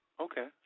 Okay